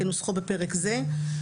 כנוסחו בפרק זה,